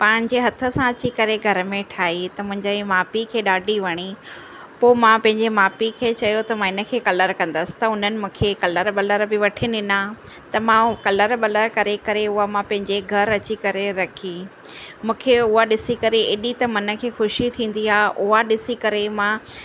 पंहिंजे हथ सां अची करे घर में ठाही त मुंहिंजे माउ पीउ खे ॾाढी वणी पोइ मां पंहिंजे माउ पीउ खे चयो त मां हिनखे कलरु कंदसि त हुननि मूंखे कलरु वलरु बि वठी ॾिना त मां उहो कलरु वलरु करे करे उहा मां पंहिंजे घरु अची करे रखी मूंखे उहा ॾिसी करे एॾी त मन खे ख़ुशी थींदी आहे उहा ॾिसी करे मां